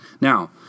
Now